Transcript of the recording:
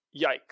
yikes